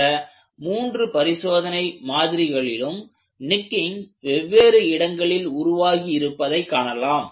இந்த மூன்று பரிசோதனை மாதிரிகளிலும் நெக்கிங் வெவ்வேறு இடங்களில் உருவாகியிருப்பதை காணலாம்